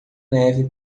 neve